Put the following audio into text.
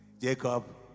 Jacob